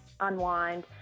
unwind